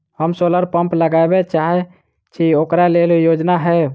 हम solar pump लगाबै चाहय छी ओकरा लेल योजना हय?